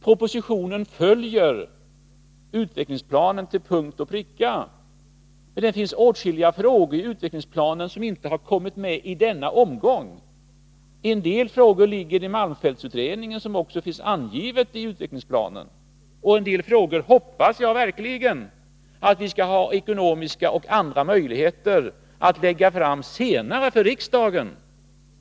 Propositionen följer utvecklingsplanen till punkt och pricka. Men det finns åtskilliga frågor i utvecklingsplanen som inte har kommit med i denna omgång. En del frågor ingår i malmfältsutredningen, vilket också finns angivet i utvecklingsplanen, och en del frågor hoppas jag verkligen att vi skall ha ekonomiska och andra möjligheter att lägga fram förslag om senare till riksdagen.